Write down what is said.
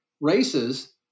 races